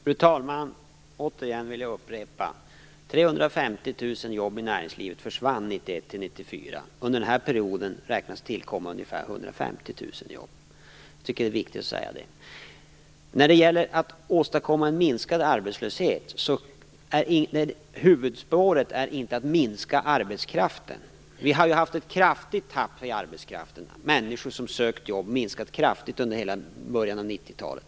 Fru talman! Återigen vill jag upprepa att 350 000 jobb i näringslivet försvann 1991-1994. Under den här perioden beräknas ungefär 150 000 jobb tillkomma. Jag tycker att det är viktigt att säga det. När det gäller att åstadkomma en minskad arbetslöshet är huvudspåret inte att minska arbetskraften. Vi har haft en kraftig avtappning av arbetskraften. Antalet människor som har sökt jobb har minskat kraftigt under hela början av 90-talet.